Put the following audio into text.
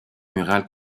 murale